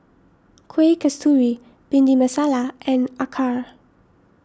Kueh Kasturi Bhindi Masala and Acar